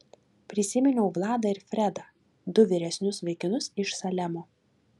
prisiminiau vladą ir fredą du vyresnius vaikinus iš salemo